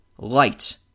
Light